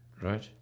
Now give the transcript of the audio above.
right